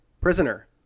prisoner